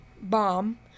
bomb